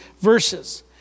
verses